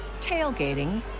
tailgating